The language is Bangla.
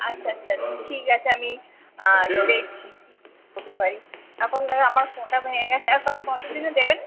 আচ্ছা আচ্ছা ঠিক আছে আমি আজ দেখছি কী করতে পারি এখন দেখ আমার ফোনটা ভেঙ্গে গেছে আর কা কত দিনে দেবেন